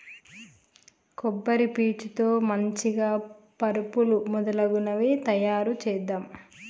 కొబ్బరి పీచు తో మంచిగ పరుపులు మొదలగునవి తాయారు చేద్దాం